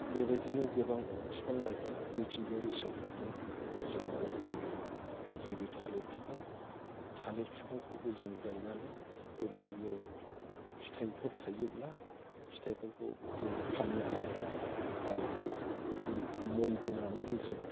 बेबायदिनो गोबां बिफां लाइफां मिथिंगायारि सम्फद दं जोंनि जायगायाव जेरै थालिर बिफां थालिर बिफांखौबो जों गायनानै बेबायदिनो फिथाइफोर थाइयोब्ला फिथाइफोरखौ जों फाननो हायो आरो जों मोनहोनानैबो जों